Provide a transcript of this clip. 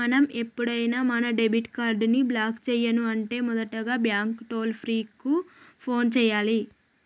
మనం ఎప్పుడైనా మన డెబిట్ కార్డ్ ని బ్లాక్ చేయను అంటే మొదటగా బ్యాంకు టోల్ ఫ్రీ కు ఫోన్ చేయాలి